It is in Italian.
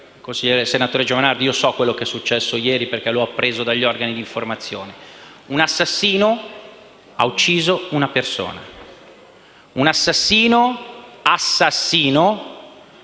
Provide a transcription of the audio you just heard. io dico, senatore Giovanardi, che so quello che è successo ieri, perché l'ho appreso dagli organi di informazione: un assassino ha ucciso una persona. Un assassino - ripeto